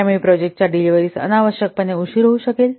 यामुळे प्रोजेक्टांच्या डिलिव्हरीस अनावश्यकपणे उशीर होऊ शकेल